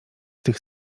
tych